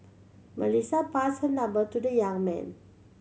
Melissa passed her number to the young man